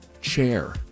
chair